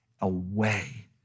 away